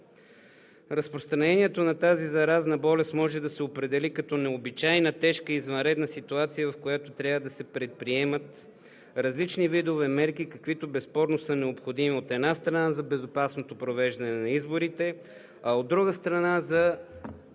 Разпространението на тази заразна болест може да се определи като необичайно тежка извънредна ситуация, в която трябва да се предприемат различни видове мерки, каквито безспорно са необходими, от една страна, за безопасното провеждане на изборите, а от друга страна, за